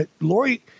Lori